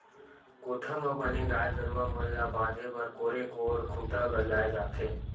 कोठा म बने गाय गरुवा मन ल बांधे बर कोरे कोर खूंटा गड़ियाये जाथे